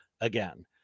again